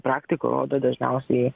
praktika rodo dažniausiai